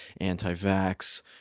anti-vax